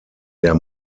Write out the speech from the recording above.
der